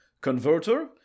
Converter